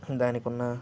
దానికి ఉన్న